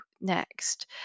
next